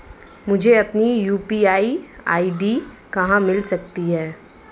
मुझे अपनी UPI ID कहां मिल सकती है?